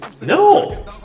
No